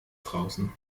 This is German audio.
draußen